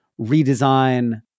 redesign